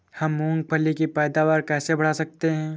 हम मूंगफली की पैदावार कैसे बढ़ा सकते हैं?